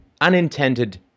unintended